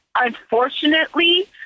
unfortunately